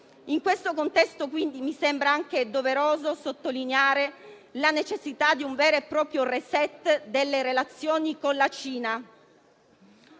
In questo contesto mi sembra quindi anche doveroso sottolineare la necessità di un vero e proprio *reset* delle relazioni con la Cina: